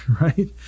right